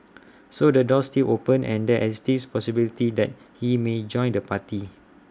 so the door's still open and there still is possibility that he may join the party